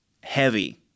heavy